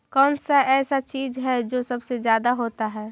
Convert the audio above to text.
कौन सा ऐसा चीज है जो सबसे ज्यादा होता है?